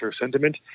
sentiment